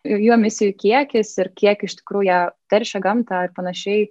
ir jų emisijų kiekis ir kiek iš tikrųjų jie teršia gamtą ir panašiai